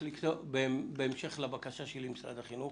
בהמשך לבקשתי ממשרד החינוך